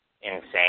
insane